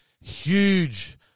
huge